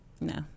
No